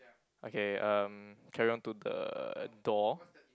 okay um carry on to the door